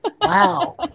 Wow